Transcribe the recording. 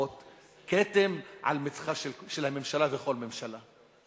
להוות כתם על מצחה של הממשלה, וכל ממשלה.